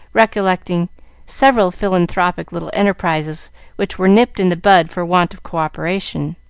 recollecting several philanthropic little enterprises which were nipped in the bud for want of co-operation.